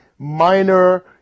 Minor